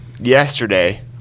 yesterday